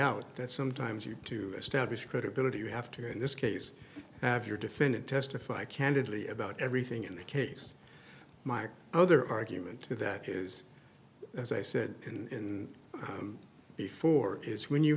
out that sometimes you to establish credibility you have to in this case have your defendant testify candidly about everything in the case my other argument that is as i said in before is when you